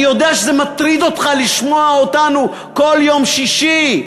אני יודע שזה מטריד אותך לשמוע אותנו כל יום שני,